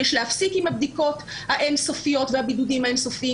יש להפסיק עם הבדיקות האין-סופיות והבידודים האין-סופיים,